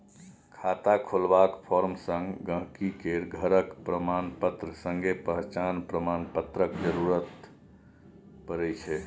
खाता खोलबाक फार्म संग गांहिकी केर घरक प्रमाणपत्र संगे पहचान प्रमाण पत्रक जरुरत परै छै